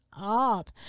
Up